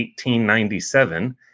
1897